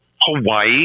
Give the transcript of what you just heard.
Hawaii